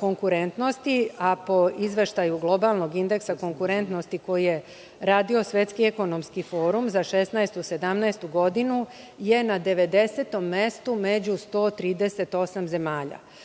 konkurentnosti, a po izveštaju globalnog indeksa konkurentnosti koji je radio Svetski ekonomski forum za 2016. i 2017. godinu je na devedesetom mestu među 138 zemalja.